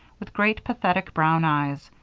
with great, pathetic brown eyes,